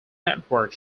network